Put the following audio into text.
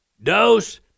Dose